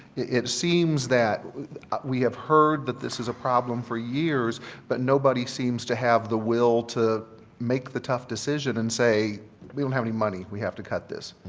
it seems that we have heard that this is a problem for years but nobody seems to have the will to make the tough decision and say we don't have any money, we have to cut this.